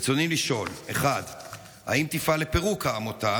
רצוני לשאול: 1. האם תפעל לפירוק העמותה